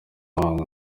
muhango